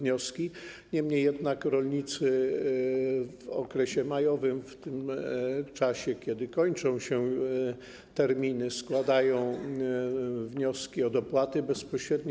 Niemniej jednak rolnicy w okresie majowym, w tym czasie, kiedy kończą się terminy, składają wnioski o dopłaty bezpośrednie.